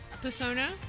persona